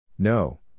No